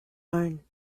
own